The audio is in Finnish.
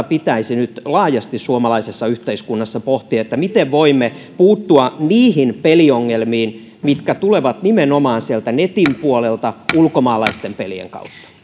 pitäisi nyt laajasti suomalaisessa yhteiskunnassa pohtia miten voimme puuttua niihin peliongelmiin mitkä tulevat nimenomaan netin ulkomaalaisten pelien kautta